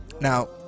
Now